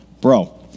bro